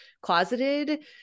closeted